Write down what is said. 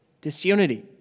disunity